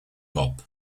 pop